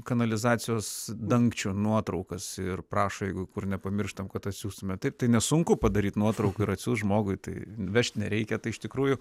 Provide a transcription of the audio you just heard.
kanalizacijos dangčių nuotraukas ir prašo jeigu kur nepamirštam kad atsiųstumėm taip tai nesunku padaryt nuotrauką ir atsiųs žmogui tai vežt nereikia tai iš tikrųjų